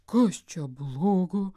kas čia blogo